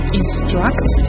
instruct